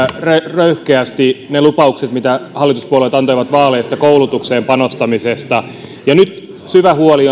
röyhkeästi ne lupaukset mitä hallituspuolueet antoivat vaaleissa koulutukseen panostamisesta ja nyt on syvä huoli